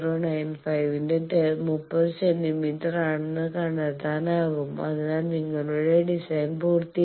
095 × 30 centimetre ആണെന്ന് കണ്ടെത്താനാകും അതിനാൽ നിങ്ങളുടെ ഡിസൈൻ പൂർത്തിയായി